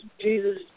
Jesus